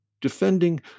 Defending